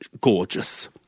gorgeous